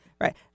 right